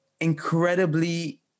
incredibly